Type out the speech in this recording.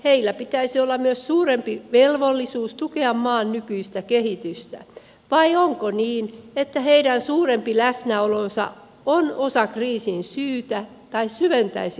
heillä pitäisi olla myös suurempi velvollisuus tukea maan nykyistä kehitystä vai onko niin että heidän suurempi läsnäolonsa on osa kriisin syytä tai syventäisi kriisiä